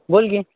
बोल की